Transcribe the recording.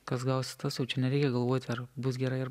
kas gausis tas jau čia nereikia galvoti ar bus gerai ar